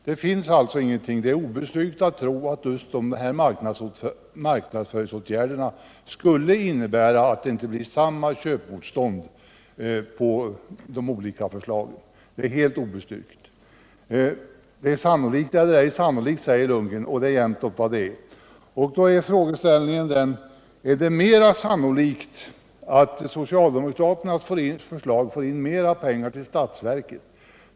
Det är alltså en obestyrkt tro att just de här marknadsföringsåtgärderna skulle innebära att det inte blir samma köpmotstånd vid de olika förslagen. Bo Lundgren talar om sannolikt och inte sannolikt, och det är jämnt upp vad det rör sig om. Då är frågeställningen: Är det mer sannolikt att socialdemokraternas förslag drar in mer pengar till statsverket?